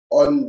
on